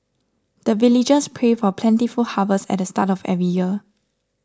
the villagers pray for plentiful harvest at the start of every year